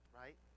right